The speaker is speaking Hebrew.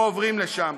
או עוברים לשם.